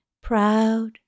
proud